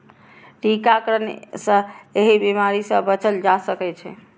टीकाकरण सं एहि बीमारी सं बचल जा सकै छै